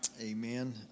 amen